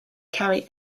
carry